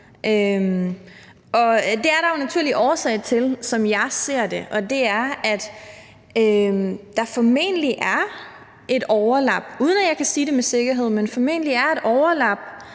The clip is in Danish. der jo en naturlig årsag til, som jeg ser det, og den er, at der formentlig er et overlap – uden at jeg kan sige det med sikkerhed, men der er formentlig et overlap